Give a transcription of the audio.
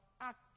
act